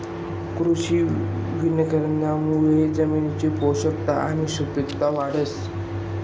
कृषी वनीकरणमुये जमिननी पोषकता आणि सुपिकता वाढस